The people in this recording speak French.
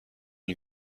une